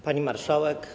Pani Marszałek!